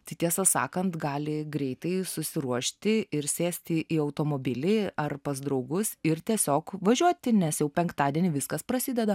tai tiesą sakant gali greitai susiruošti ir sėsti į automobilį ar pas draugus ir tiesiog važiuoti nes jau penktadienį viskas prasideda